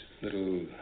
little